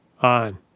on